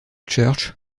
church